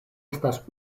estas